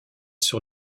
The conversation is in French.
sur